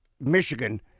Michigan